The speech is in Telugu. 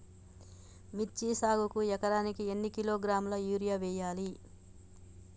మిర్చి సాగుకు ఎకరానికి ఎన్ని కిలోగ్రాముల యూరియా వేయాలి?